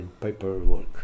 paperwork